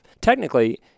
Technically